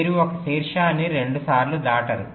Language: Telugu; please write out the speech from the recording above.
మీరు ఒక శీర్షాన్ని రెండుసార్లు దాటరు